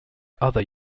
other